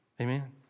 Amen